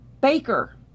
Baker